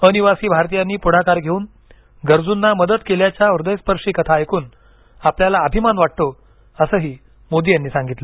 अनिवासी भारतीयांनी पुढाकार घेऊन गरजूंना मदत केल्याच्या हृदयस्पर्शी कथा ऐकून आपल्याला अभिमान वाटतो असं मोदी यांनी सांगितलं